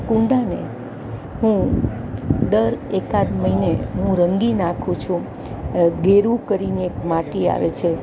કુંડાને હું દર એકાદ મહિને હું રંગી નાખું છું ગેરુ કરીને એક માટી આવે છે